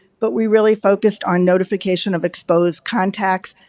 but we're really focused on notification of exposed contacts,